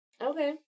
Okay